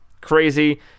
Crazy